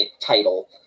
title